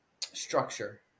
structure